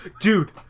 dude